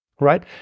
Right